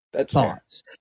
thoughts